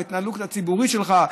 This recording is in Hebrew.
בהתנהלות הציבורית שלך,